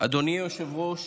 אדוני היושב-ראש